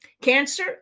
Cancer